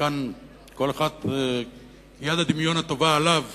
וכאן כל אחד כיד הדמיון הטובה עליו